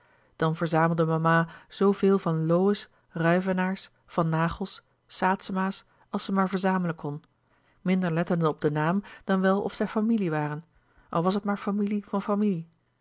dan verzamelde mama zooveel van lowe's ruyvenaers van naghel's saetzema's als zij maar verzamelen kon minder lettende op den naam dan wel of zij familie waren al was het maar familie van familie